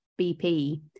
BP